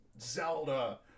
Zelda